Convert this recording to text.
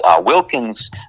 Wilkins